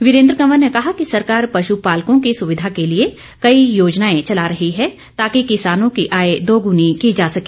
वीरेन्द्र कवर ने कहा कि सरकार पश् पालको की सुविधा के लिए कई योजनाए चला रही हैं ताकि किसानों की आय दोगुनी की जा सके